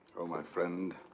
oh my friend.